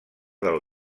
del